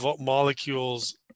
molecules